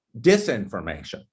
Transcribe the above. disinformation